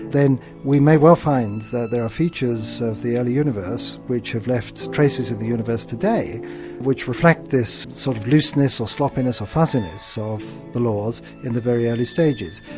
then we may well find that there are features of the early universe which have left traces in the universe today which reflect this sort of looseness or sloppiness or fuzziness of the laws in the very early stages.